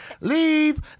Leave